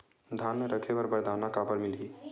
धान ल रखे बर बारदाना काबर मिलही?